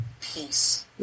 peace